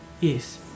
Yes